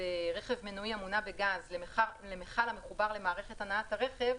ברכב מנועי המונע בגז למכל המחובר למערכת הנעת הרכב